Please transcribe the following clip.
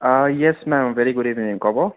অঁ yes ma'am very good evening ক'ব